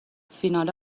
فینال